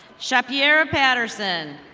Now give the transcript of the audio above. shavyer ah patterson.